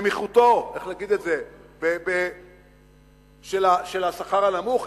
ובנמיכותו, איך להגיד את זה, של השכר הנמוך.